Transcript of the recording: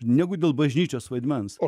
negu dėl bažnyčios vaidmens o